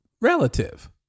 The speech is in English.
relative